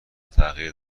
تغییر